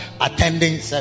attending